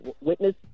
witness